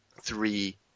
three